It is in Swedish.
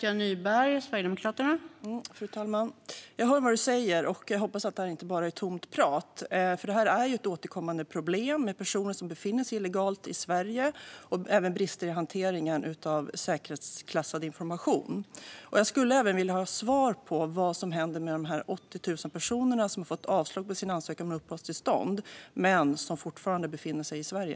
Fru talman! Jag hör vad du säger, och jag hoppas att det inte bara är tomt prat. Det är ett återkommande problem med personer som befinner sig illegalt i Sverige och även med brister i hanteringen av säkerhetsklassad information. Jag skulle även vilja ha svar på vad som händer med de 80 000 personer som fått avslag på sin ansökan om uppehållstillstånd men som fortfarande befinner sig i Sverige.